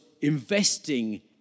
investing